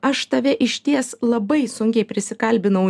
aš tave išties labai sunkiai prisikalbinau